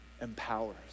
empowers